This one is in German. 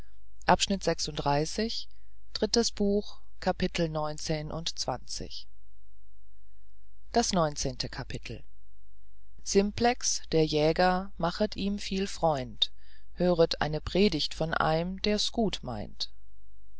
das neunzehnte kapitel simplex der jäger machet ihm viel freund hört eine predigt von eim ders gut meint